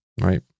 right